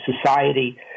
society